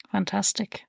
Fantastic